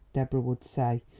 deborah would say,